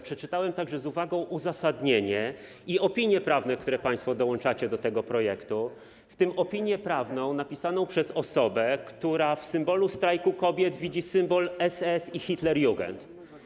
Przeczytałem także z uwagą uzasadnienie i opinie prawne, które państwo dołączacie do tego projektu, w tym opinię prawną napisaną przez osobę, która w symbolu Strajku Kobiet widzi symbol SS i Hitlerjugend.